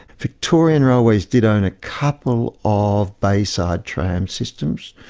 victorian railways did own a couple of bayside tram systems,